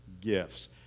gifts